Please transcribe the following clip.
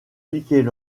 michel